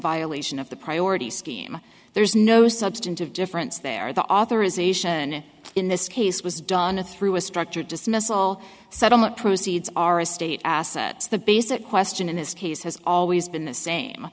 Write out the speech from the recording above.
violation of the priority scheme there's no substantive difference there the authorisation in this case was done a through a structured dismissal settlement proceeds are a state assets the basic question in this case has always been the same